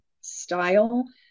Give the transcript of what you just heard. style